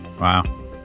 Wow